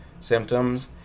symptoms